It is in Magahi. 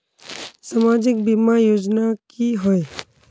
सामाजिक बीमा योजना की होय?